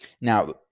Now